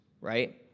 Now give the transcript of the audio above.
right